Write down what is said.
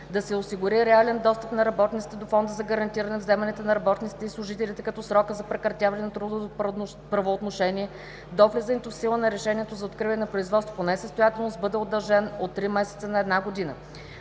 да се осигури реален достъп на работниците до Фонда за гарантирани вземанията на работниците и служителите, като срокът за прекратяване на трудово правоотношение до влизането в сила на решението за откриване на производство по несъстоятелност бъде удължен от 3 месеца на 1 година;